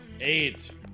Eight